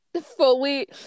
fully